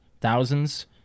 thousands